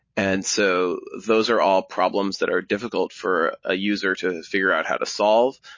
and so those are all problems that are difficult for a user to figure out how to solve,